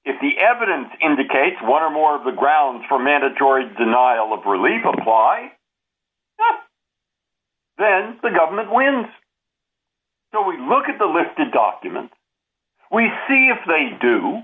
if the evidence indicates one or more of the grounds for mandatory denial of relief apply then the government wins so we look at the list of documents we see if they do